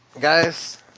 guys